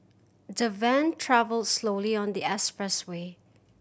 the van travelled slowly on the expressway